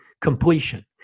completion